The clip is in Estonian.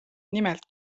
nimelt